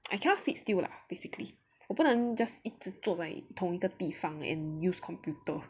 I cannot sit still lah basically 我不能 just 一直坐在同一个地方 and use computer